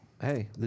Hey